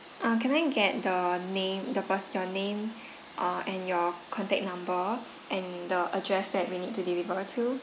uh can I get the name the per~ your name uh and your contact number and the address that we need to deliver to